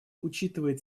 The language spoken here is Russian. учитывает